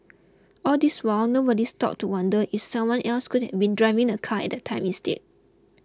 all this while nobody stopped to wonder if someone else could have been driving the car at the time instead